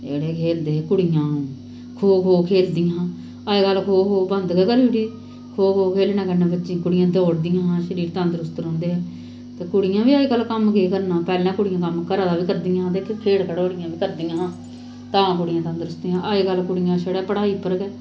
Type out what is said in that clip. एह्ड़े खेलदे हे कुड़ियां खो खो खेलदियां हां अजकल्ल खो को बंद गै करी ओड़ी दी खो खो खेलनै कन्नै कुड़ियां दौड़दियां हां शरीर तंदरूस्त रौंह्दे हे ते कुड़ियैं बी अजकल्ल कम्म केह् करना पैह्लैं कुड़ियां कम्म घरा दा बी करदियां हां ते खेल खड़ोलियां बी करदियां हां तां कुड़ियां तंदरूस्त हियां अजकल्ल कुड़ियां पढ़ाई उप्पर गै